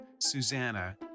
Susanna